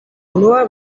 unua